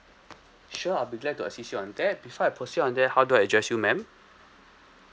sure I'll be glad to assist you on that before I proceed on that how do I address you ma'am